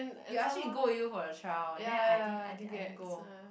you ask me to go with you for the trial then I didn't I th~ I didn't go